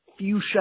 fuchsia